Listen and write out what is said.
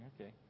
okay